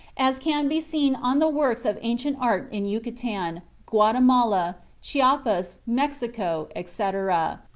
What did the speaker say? as can be seen on the works of ancient art in yucatan, guatemala, chiapas, mexico, etc,